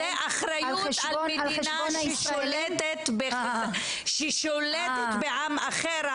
זאת האחריות של מדינה ששולטת בעם אחר.